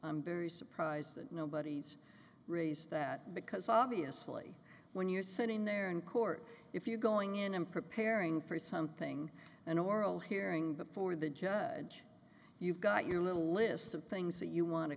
i'm very surprised that nobody's raised that because obviously when you're sitting there in court if you're going in and preparing for something an oral hearing before the judge you've got your little list of things that you wan